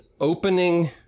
opening